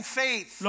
faith